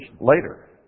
later